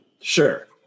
Sure